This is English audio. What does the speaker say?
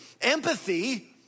empathy